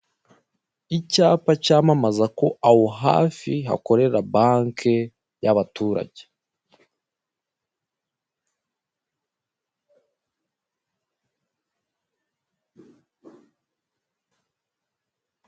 Icyapa cyamamaza ko aho hafi hakorera banki y'abaturage.